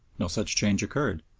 no such change occurred.